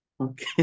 Okay